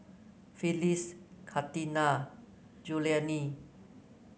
Phyliss Katina Julianne